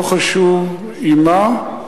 לא חשוב עם מה,